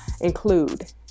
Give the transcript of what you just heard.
include